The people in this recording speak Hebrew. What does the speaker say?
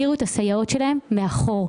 מה נשאר בו, מה לא.